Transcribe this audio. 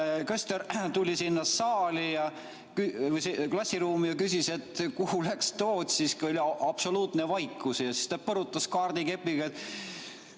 köster tuli sinna saali või klassiruumi ja küsis, kuhu läks Toots, siis oli absoluutne vaikus. Siis ta põrutas kaardikepiga